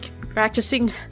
practicing